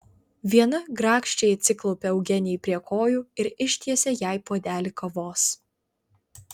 viena grakščiai atsiklaupė eugenijai prie kojų ir ištiesė jai puodelį kavos